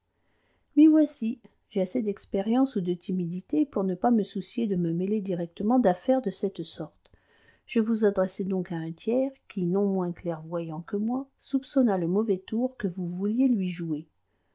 m'y voici j'ai assez d'expérience ou de timidité pour ne pas me soucier de me mêler directement d'affaires de cette sorte je vous adressai donc à un tiers qui non moins clairvoyant que moi soupçonna le mauvais tour que vous vouliez lui jouer